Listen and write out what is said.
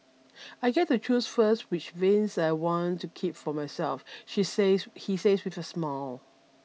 I get to choose first which vinyls I want to keep for myself she says he says with a smile